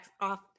off